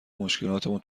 مشکلاتمون